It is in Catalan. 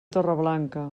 torreblanca